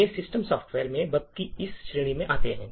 ये system software में bug की इस श्रेणी में आते हैं